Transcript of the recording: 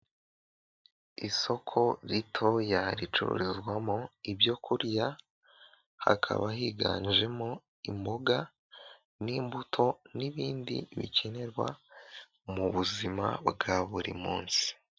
Isoko ritoya ricururizwamo ibyo kurya hakaba higanjemo imboga n'imbuto n'ibindi bikenerwa mu buzima bwa buri munsi.